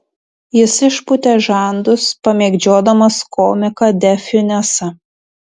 jis išpūtė žandus pamėgdžiodamas komiką de fiunesą